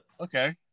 Okay